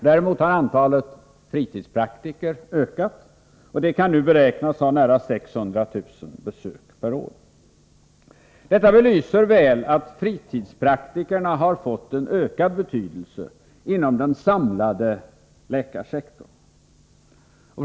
Däremot har antalet fritidspraktiker ökat, och de kan nu beräknas ha nära 600 000 besök per år. Detta belyser väl att fritidspraktikerna har fått en ökad betydelse inom den samlade läkarsektorn.